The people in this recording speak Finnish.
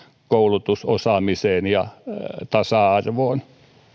koulutusosaamiseen ja tasa arvoon